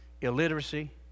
illiteracy